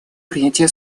принятия